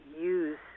use